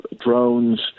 drones